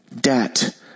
debt